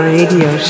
Radio